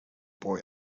boy